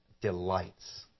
delights